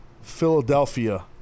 Philadelphia